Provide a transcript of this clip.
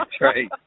right